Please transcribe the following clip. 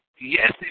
Yes